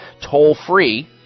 toll-free